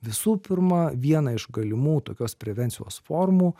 visų pirma vieną iš galimų tokios prevencijos formų